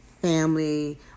family